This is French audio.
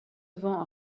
vent